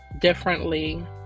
differently